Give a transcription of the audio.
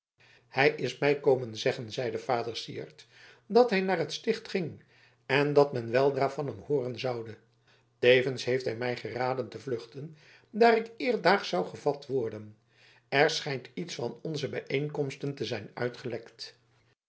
hij is mij komen zeggen zeide vader syard dat hij naar het sticht ging en dat men weldra van hem hooren zoude tevens heeft hij mij geraden te vluchten daar ik eerstdaags zou gevat worden er schijnt iets van onze bijeenkomsten te zijn uitgelekt